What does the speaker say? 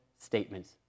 statements